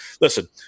listen